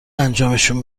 انجامشون